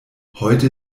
heute